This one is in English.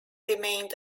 remained